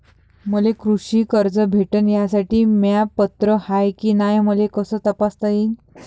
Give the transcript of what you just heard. मले कृषी कर्ज भेटन यासाठी म्या पात्र हाय की नाय मले कस तपासता येईन?